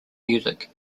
music